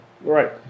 Right